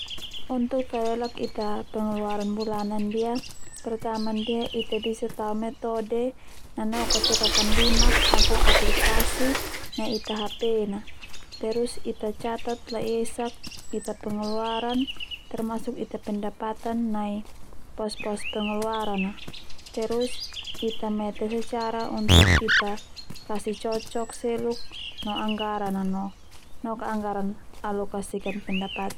Untuk talelak Ita pengeluaran bulanan ndia pertama ndia Ita bisa tao metode nanoka catatan limak atau aplikasi nai Ita hapena terus Ita catat laiesak Ita pengeluaran termasuk Ita pendapatan nai pos-pos pengeluaran a terus Ita mete secara untuk Ita kasih cocok seluk no anggaran a noka anggaran alokasikan pendapatan.